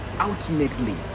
ultimately